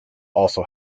also